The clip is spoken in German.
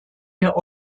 der